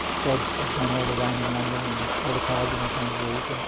so i've i've done all the rain in london and all the cars in los angeles. and